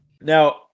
Now